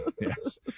Yes